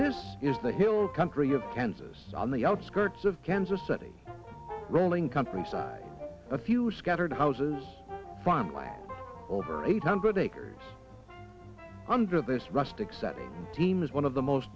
this is the hill country of kansas on the outskirts of kansas city rolling countryside a few scattered houses farmland over eight hundred acres under this rustic setting seems one of the most